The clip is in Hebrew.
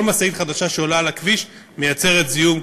כל משאית חדשה שעולה על הכביש מייצרת זיהום,